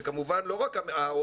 זה כמובן לא רק העובדים